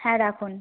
হ্যাঁ রাখুন